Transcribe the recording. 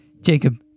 jacob